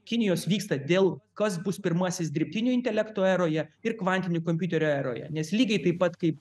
kinijos vyksta dėl kas bus pirmasis dirbtinio intelekto eroje ir kvantinių kompiuterių eroje nes lygiai taip pat kaip